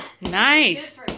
Nice